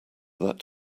that